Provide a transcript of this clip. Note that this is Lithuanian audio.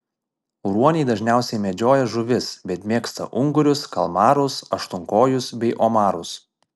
ruoniai dažniausiai medžioja žuvis bet mėgsta ungurius kalmarus aštuonkojus bei omarus